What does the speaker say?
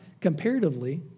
comparatively